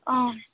অঁ